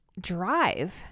drive